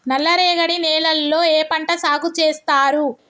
నల్లరేగడి నేలల్లో ఏ పంట సాగు చేస్తారు?